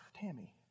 Tammy